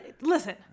Listen